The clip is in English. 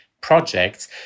projects